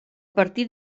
partir